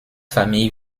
famille